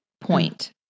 point